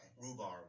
rhubarb